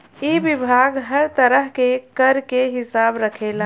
इ विभाग हर तरह के कर के हिसाब रखेला